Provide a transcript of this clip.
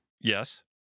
Yes